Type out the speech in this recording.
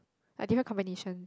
like different combination